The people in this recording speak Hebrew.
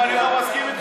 אם אני לא מסכים אתך,